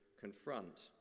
confront